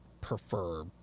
prefer